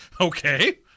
Okay